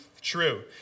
true